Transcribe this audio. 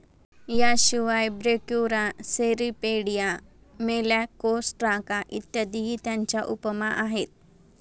याशिवाय Brachyura, Cirripedia, Malacostraca इत्यादीही त्याच्या उपमा आहेत